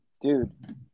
Dude